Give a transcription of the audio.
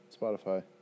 Spotify